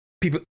people